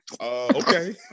Okay